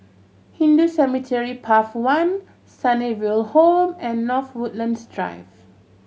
Hindu Cemetery Path One Sunnyville Home and North Woodlands Drive